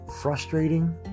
frustrating